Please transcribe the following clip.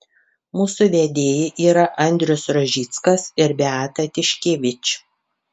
mūsų vedėjai yra andrius rožickas ir beata tiškevič